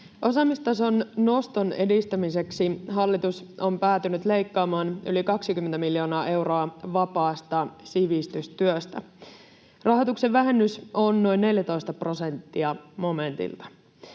Osaamistason noston edistämiseksi hallitus on päätynyt leikkaamaan yli 20 miljoonaa euroa vapaasta sivistystyöstä. Rahoituksen vähennys on noin 14 prosenttia momentilta.